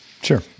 Sure